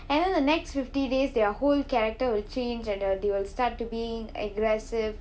and then the next fifty days their whole character will change and uh they will start to being aggressive